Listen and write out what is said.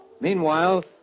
Meanwhile